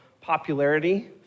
popularity